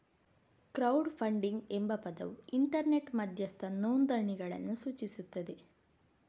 crowd funding ಎಂಬ ಪದವು internet ಮಧ್ಯಸ್ಥ ನೋಂದಣಿಗಳನ್ನು ಸೂಚಿಸುತ್ತದೆ